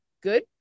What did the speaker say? good